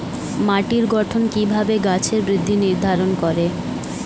মাটির গঠন কিভাবে গাছের বৃদ্ধি নির্ধারণ করে?